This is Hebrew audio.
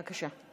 בבקשה.